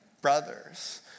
brothers